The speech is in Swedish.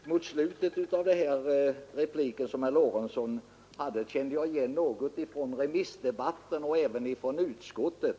Herr talman! Mot slutet av herr Lorentzons anförande kände jag igen argumenten från remissdebatten och även från debatten i utskottet.